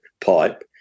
pipe